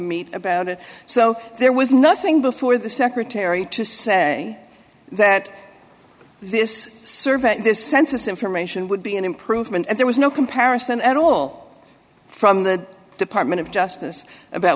meet about it so there was nothing before the secretary to say that this survey this census information would be an improvement and there was no comparison at all from the department of justice about